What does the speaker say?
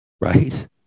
Right